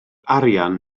arian